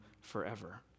forever